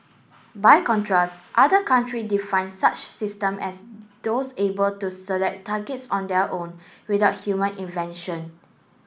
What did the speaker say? by contrast other country define such system as those able to select targets on their own without human invention